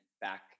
back